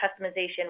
customization